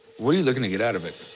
what are you looking to get out of it?